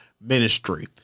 ministry